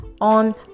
on